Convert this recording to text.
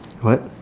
what